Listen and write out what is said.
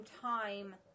time